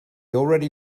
already